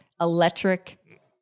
electric